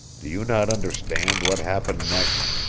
do you not understand what happened next?